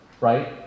right